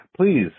please